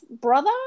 brother